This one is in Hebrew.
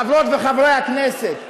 חברות וחברי הכנסת?